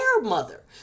mother